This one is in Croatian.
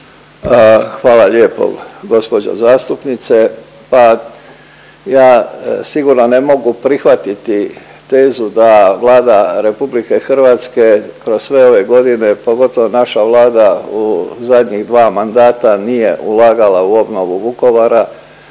Hvala lijepo gđo. zastupnice, pa ja sigurno ne mogu prihvatiti tezu da Vlada RH kroz sve ove godine, pogotovo naša Vlada u zadnjih dva mandata nije ulagala u obnovu Vukovara